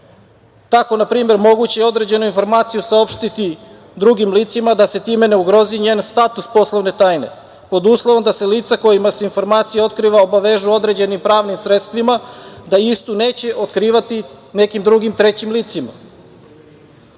Tako, na primer, moguće je određenu informaciju saopštiti drugim licima da se time ne ugrozi njen status poslovne tajne pod uslovom da se lica kojima se informacija otkriva obavežu određeni pravnim sredstvima da istu neće otkrivati nekim drugim, trećim licima. Opšte